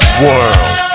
world